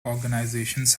organizations